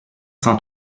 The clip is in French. sans